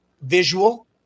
visual